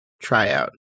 tryout